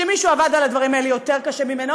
שמישהו עבד על הדברים האלה יותר קשה ממנה,